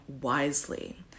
wisely